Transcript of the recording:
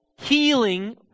healing